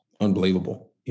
unbelievable